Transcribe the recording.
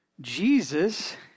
Jesus